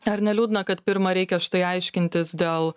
ar neliūdna kad pirma reikia štai aiškintis dėl